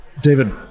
David